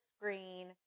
screen